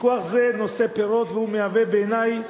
פיקוח זה נושא פירות, והוא מהווה בעיני,